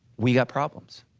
we got problems.